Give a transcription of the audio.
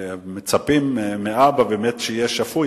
מצפים מאבא שיהיה שפוי,